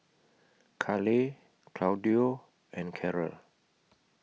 Kale Claudio and Karel